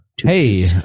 Hey